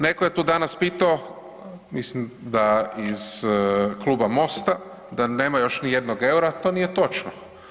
Netko je tu danas pitao, mislim da iz kluba Mosta, da nema još nijednog eura, to nije točno.